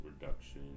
reduction